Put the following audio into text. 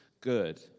good